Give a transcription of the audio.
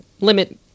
limit